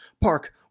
Park